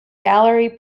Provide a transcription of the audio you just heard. gallery